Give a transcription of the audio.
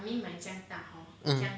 mm